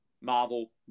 Marvel